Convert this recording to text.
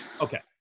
Okay